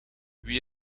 wie